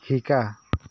শিকা